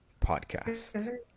Podcast